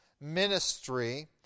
ministry